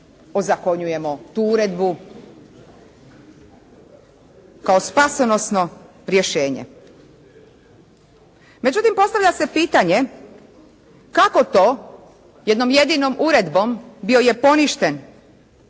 ozakonjujemo tu uredbu kao spasonosno rješenje. Međutim postavlja se pitanje kako to jednom jedinom uredbom bio je poništen